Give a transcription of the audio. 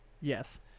Yes